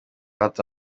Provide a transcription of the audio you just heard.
hato